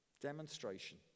demonstration